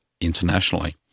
internationally